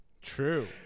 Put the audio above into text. true